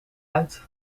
uit